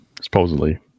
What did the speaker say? supposedly